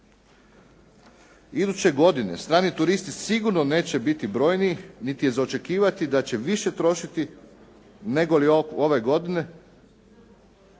Iduće godine strani turisti sigurno neće biti brojniji niti je za očekivati da će više trošiti, nego li ove godine,